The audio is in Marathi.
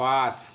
पाच